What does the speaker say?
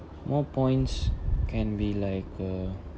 more points can be like a